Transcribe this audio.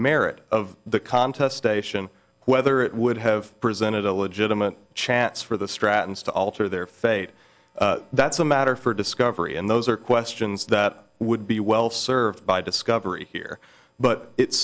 merit of the contest station whether it would have presented a legitimate chance for the stratton's to alter their fate that's a matter for discovery and those are questions that would be well served by discovery here but it